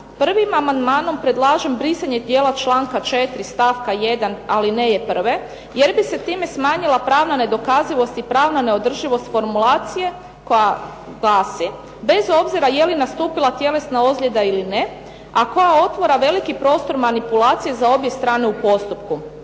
Prvim amandmanom predlažem brisanje dijela članka 4. stavka 1. alineje 1. jer bi se time smanjila pravna nedokazivost i pravna neodrživost formulacije koja glasi: „Bez obzira je li nastupila tjelesna ozljeda ili ne a koja otvara veliki prostor manipulacije za obje strane u postupku“